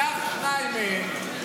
קח שניים מהם,